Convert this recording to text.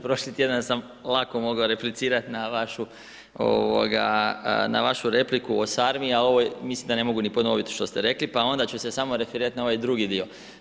Prošli tjedan sam lako mogao replicirati na vašu repliku o sarmi, ali ovo je mislim da ne mogu ni ponoviti što ste rekli, pa onda ću se samo referirati na ovaj drugi dio.